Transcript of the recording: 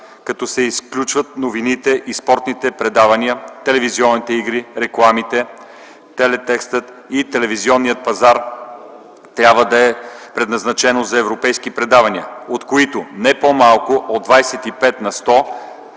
като се изключат новините и спортните предавания, и телевизионните игри, рекламите, телетекстът и телевизионният пазар, трябва да е предназначено за европейски предавания, от които не по-малко от 25 на сто